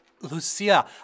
Lucia